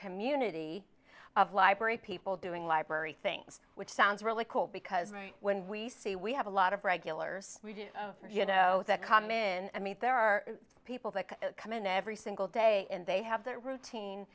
community of library people doing library things which sounds really cool because when we see we have a lot of regulars you know that come in and meet there are people that come in every single day and they have their routine